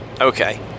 Okay